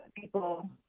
people